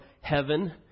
heaven